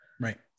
Right